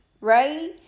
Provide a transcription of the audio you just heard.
right